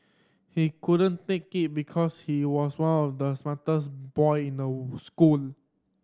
he couldn't take it because he was one of the smartest boy in school